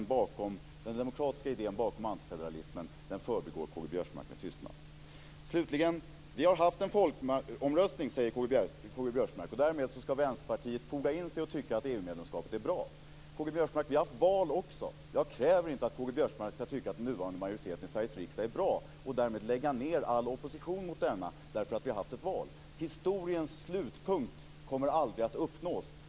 Den demokratiska idén bakom antifederalismen förbigår K-G Biörsmark med tystnad. K-G Biörsmark säger slutligen att vi har haft en folkomröstning och att Vänsterpartiet därmed ska foga in sig och tycka att EU-medlemskapet är bra. K G Biörsmark! Vi har också haft ett val. Jag kräver inte att K-G Biörsmark ska tycka att den nuvarande majoriteten i Sveriges riksdag är bra och ska lägga ned all opposition mot denna därför att vi har haft ett val. Historiens slutpunkt kommer aldrig att uppnås.